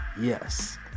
yes